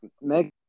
next